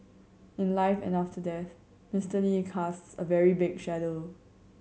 in life and after death Mister Lee casts a very big shadow